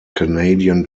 canadian